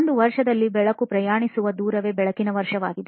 ಒಂದು ವರ್ಷದಲ್ಲಿ ಬೆಳಕು ಪ್ರಯಾಣಿಸುವ ದೂರವೇ ಬೆಳಕಿನ ವರ್ಷವಾಗಿದೆ